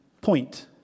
point